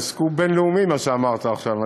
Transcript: זה סקופ בין-לאומי מה שאמרת עכשיו,